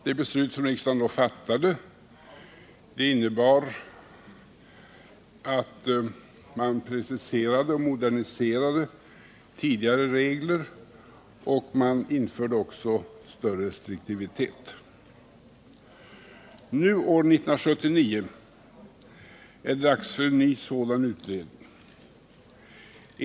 Det beslut som riksdagen då fattade innebar att man preciserade och moderniserade tidigare regler, och man införde också större restriktivitet. Nu, år 1979, är det dags för en ny sådan utredning.